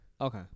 Okay